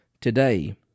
today